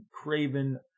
Craven